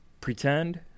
pretend